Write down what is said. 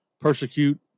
persecute